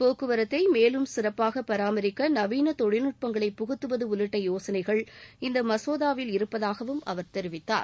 போக்குவரத்தை மேலும் சிறப்பாக பராமரிக்க நவீன தொழில்நுட்பங்களைப் புகுத்துவது உள்ளிட்ட யோசனைகள் இந்த மசோதாவில் இருப்பதாக அவர் தெரிவித்தார்